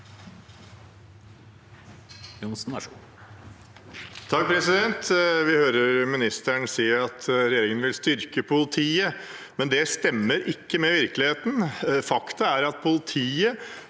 (FrP) Vi hører mi- nisteren si at regjeringen vil styrke politiet, men det stemmer ikke med virkeligheten. Fakta er at politiet,